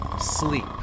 sleep